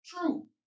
true